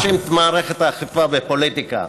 תפסיקו להאשים את מערכת האכיפה בפוליטיקה.